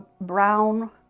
brown